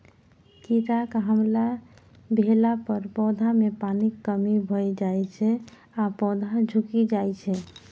कीड़ाक हमला भेला पर पौधा मे पानिक कमी भए जाइ छै आ पौधा झुकि जाइ छै